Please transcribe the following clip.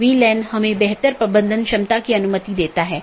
यह पूरे मेश की आवश्यकता को हटा देता है और प्रबंधन क्षमता को कम कर देता है